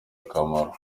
akamaro